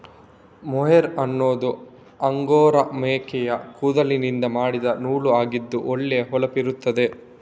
mohair ಅನ್ನುದು angora ಮೇಕೆಯ ಕೂದಲಿನಿಂದ ಮಾಡಿದ ನೂಲು ಆಗಿದ್ದು ಒಳ್ಳೆ ಹೊಳಪಿರ್ತದೆ